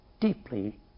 deeply